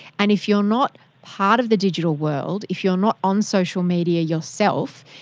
and if you are not part of the digital world, if you are not on social media yourself,